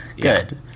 Good